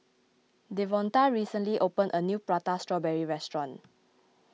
Devonta recently opened a new Prata Strawberry restaurant